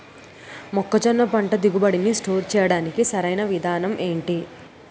మొక్కజొన్న పంట దిగుబడి నీ స్టోర్ చేయడానికి సరియైన విధానం ఎంటి?